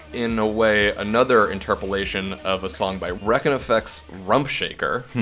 in a way, another interpretation of a song by wreckx-n-effect's rump shaker.